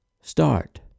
start